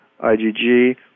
IgG